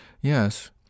Yes